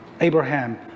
Abraham